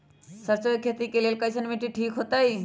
सरसों के खेती के लेल कईसन मिट्टी ठीक हो ताई?